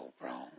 wrong